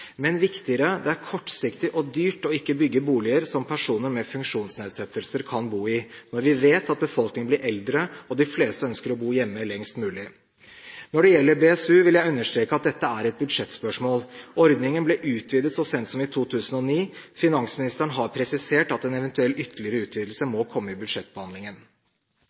Men viktigere: Det er kortsiktig og dyrt ikke å bygge boliger som personer med funksjonsnedsettelser kan bo i, når vi vet at befolkningen blir eldre og de fleste ønsker å bo hjemme lengst mulig. Når det gjelder BSU, vil jeg understreke at dette er et budsjettspørsmål. Ordningen ble utvidet så sent som i 2009. Finansministeren har presisert at en eventuell ytterligere utvidelse må komme i budsjettbehandlingen.